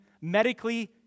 medically